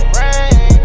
rain